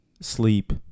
sleep